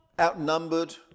outnumbered